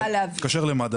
מתקשר למד"א,